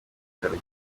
bitaro